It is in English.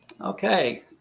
Okay